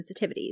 sensitivities